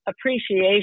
appreciation